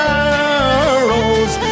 arrows